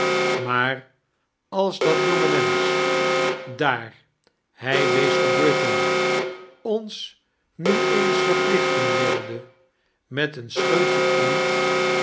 maar als dat jonge mensch daar hij wees op britain ons nu eens verplichten wilde met een scheutje inkt